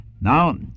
Now